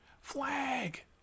Flag